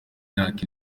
myaka